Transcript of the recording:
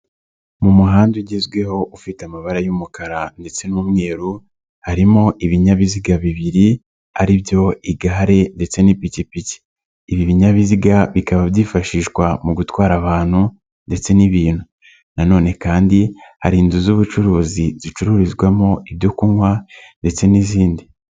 Mu muhanda ugezweho ufite amabara y'umukara ndetse n'umweru, harimo ibinyabiziga bibiri, ari byo igare ndetse n'pikipiki. Ibi binyabiziga bikaba byifashishwa mu gutwara abantu ndetse n'ibintu na none kandi hari inzu z'ubucuruzi zicururizwamo ibyo kunywa ndetse n'izindi.